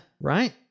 Right